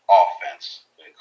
offense